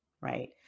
right